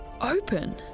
open